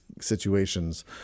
situations